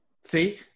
See